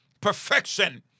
perfection